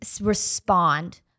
respond